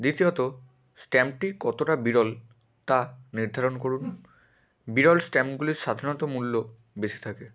দ্বিতীয়ত স্ট্যাম্পটি কতোটা বিরল তা নির্ধারণ করুন বিরল স্ট্যাম্পগুলির সাধারণত মূল্য বেশি থাকে